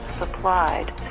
Supplied